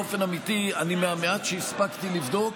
באופן אמיתי: מהמעט שהספקתי לבדוק